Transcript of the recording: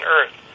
Earth